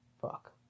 Fuck